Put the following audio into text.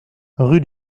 rue